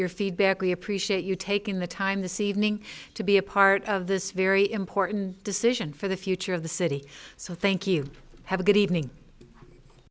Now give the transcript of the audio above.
your feedback we appreciate you taking the time this evening to be a part of this very important decision for the future of the city so thank you have a good evening